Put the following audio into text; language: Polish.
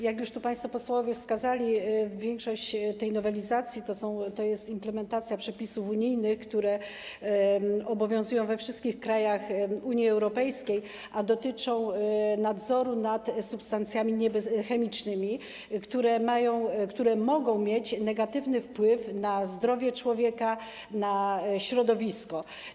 Jak już państwo posłowie wskazali, większość tej nowelizacji to jest implementacja przepisów unijnych, które obowiązują we wszystkich krajach Unii Europejskiej, a dotyczą nadzoru nad substancjami chemicznymi, które mogą mieć negatywny wpływ na zdrowie człowieka, na środowisko.